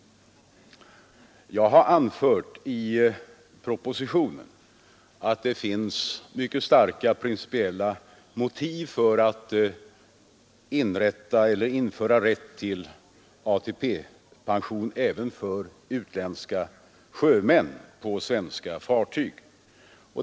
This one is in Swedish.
Jag har i propositionen anfört att det finns mycket starka principiella motiv för att införa rätt till ATP-pension även för utländska sjömän på svenska fartyg.